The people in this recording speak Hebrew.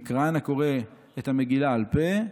וקראן הקורא את המגילה על פה,